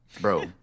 Bro